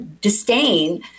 disdain